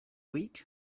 week